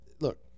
look